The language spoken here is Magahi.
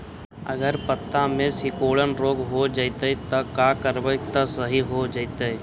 अगर पत्ता में सिकुड़न रोग हो जैतै त का करबै त सहि हो जैतै?